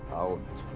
out